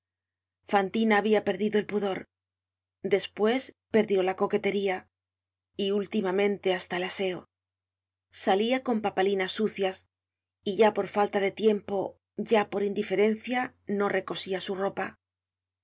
fantina habia perdido el pudor despues perdió la coquetería y últimamente hasta el aseo salia con papalinas sucias y ya por falta de tiempo ya por indiferencia no recosia su ropa